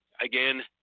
again